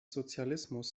sozialismus